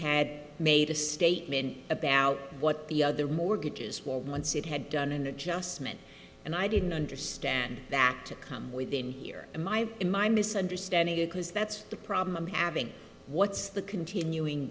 had made a statement about what the other mortgages for once it had done an adjustment and i didn't understand that to come within a year in my in my misunderstanding because that's the problem i'm having what's the continuing